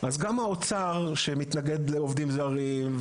האוצר מתנגד לעובדים זרים,